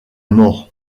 mort